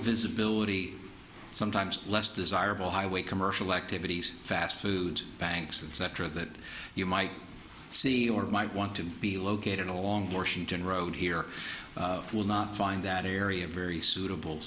visibility sometimes less desirable highway commercial activities fast food banks and sector that you might see or might want to be located in a long road here will not find that area very suitable